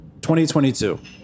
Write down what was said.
2022